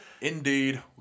Indeed